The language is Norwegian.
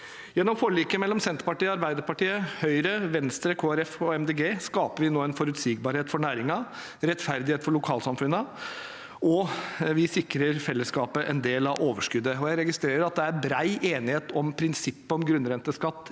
Gjennom forliket mellom Senterpartiet, Arbeiderpartiet, Høyre, Venstre, Kristelig Folkeparti og Miljøpartiet De Grønne skaper vi nå en forutsigbarhet for næringen og rettferdighet for lokalsamfunnene, og vi sikrer fellesskapet en del av overskuddet. Jeg registrerer at det er bred enighet om prinsippet om grunnrenteskatt